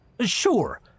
Sure